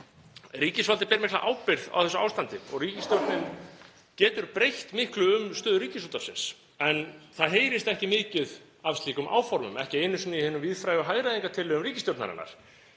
Ríkisvaldið ber mikla ábyrgð á þessu ástandi og ríkisstjórnin getur breytt miklu um stöðu Ríkisútvarpsins en það heyrist ekki mikið af slíkum áformum, ekki einu sinni í hinum víðfrægu hagræðingartillögum ríkisstjórnarinnar